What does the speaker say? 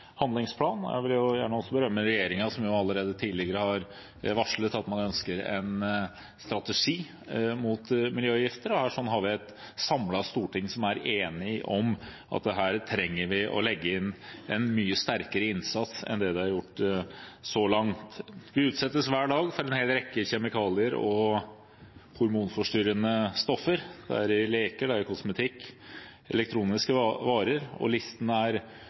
handlingsplan. Jeg vil gjerne også berømme regjeringen, som allerede har varslet at man ønsker en strategi mot miljøgifter, og vi har et samlet storting som er enige om at her trenger vi å legge inn en mye sterkere innsats enn det som er gjort så langt. Vi utsettes hver dag for en hel rekke kjemikalier og hormonforstyrrende stoffer. Det er i leker, det er i kosmetikk, og det er i elektroniske varer – listen